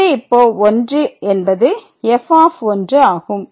இது இப்போ 1 என்பது f ஆகும்